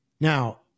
Now